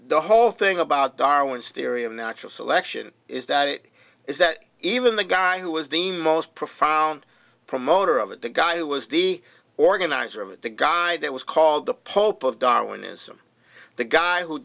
the whole thing about darwin's theory of natural selection is that it is that even the guy who was the most profound promoter of it the guy who was the organizer of it the guy that was called the pope of darwinism the guy who